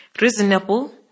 reasonable